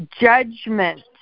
judgment